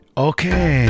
Okay